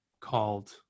called